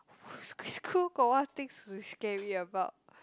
schoo~ schoo~ school got what thing to scary about